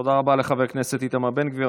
תודה רבה לחבר הכנסת איתמר בן גביר.